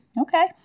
okay